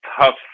tough